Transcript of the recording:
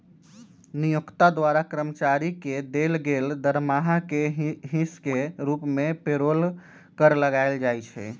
नियोक्ता द्वारा कर्मचारी के देल गेल दरमाहा के हिस के रूप में पेरोल कर लगायल जाइ छइ